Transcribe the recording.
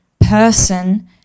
person